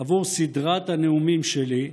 עבור סדרת הנאומים שלי,